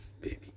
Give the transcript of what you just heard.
baby